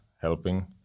helping